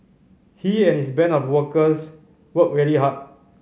he and his band of workers worked really hard